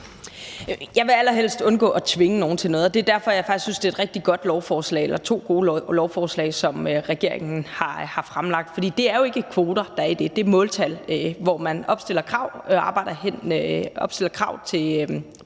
Jeg vil allerhelst undgå at tvinge nogen til noget, og det er derfor, jeg faktisk synes, det er et rigtig godt lovforslag eller to gode lovforslag, som regeringen har fremlagt. For det er jo ikke kvoter, der er i det, det er måltal, hvor man opstiller krav til, at man skal have